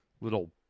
little